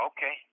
Okay